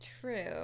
True